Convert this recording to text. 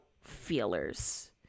feelers